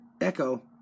Echo